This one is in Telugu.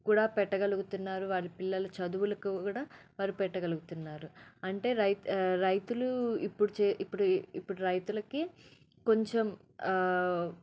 కూడా పెట్టగలుగుతున్నారు వారి పిల్లల చదువులకు గూడా వారు పెట్టగలుగుతున్నారు అంటే రై రైతులు ఇప్పుడు చే ఇప్పుడు ఇప్పుడు రైతులకి కొంచెం